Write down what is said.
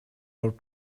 our